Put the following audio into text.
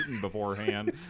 beforehand